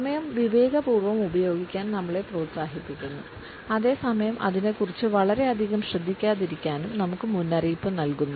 സമയം വിവേകപൂർവ്വം ഉപയോഗിക്കാൻ നമ്മളെ പ്രോത്സാഹിപ്പിക്കുന്നു അതേ സമയം അതിനെക്കുറിച്ച് വളരെയധികം ശ്രദ്ധിക്കാതിരിക്കാനും നമുക്ക് മുന്നറിയിപ്പ് നൽകുന്നു